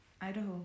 Idaho